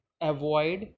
Avoid